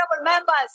members